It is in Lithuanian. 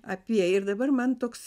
apie ir dabar man toks